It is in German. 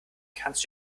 kannst